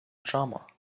drama